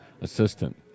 assistant